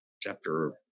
chapter